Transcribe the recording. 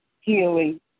healing